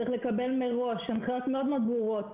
צריך לקבל מראש הנחיות מאוד מאוד ברורות